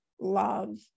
love